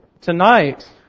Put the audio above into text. tonight